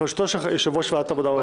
בראשותו של יושב-ראש ועדת העבודה והרווחה.